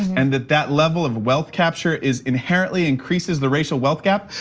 and that that level of wealth capture is inherently increases the racial wealth gap.